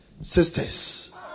Sisters